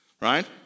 right